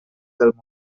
del